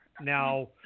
now